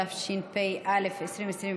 התשפ"א 2021,